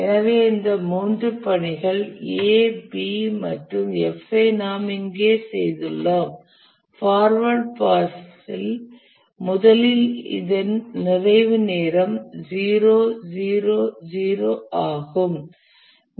எனவே இந்த 3 பணிகள் A B மற்றும் F ஐ நாம் இங்கு செய்துள்ளோம் ஃபார்வர்ட் பாஸில் முதலில் இதன் நிறைவு நேரம் 0 0 0 ஆகும்